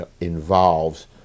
involves